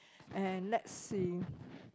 and let's see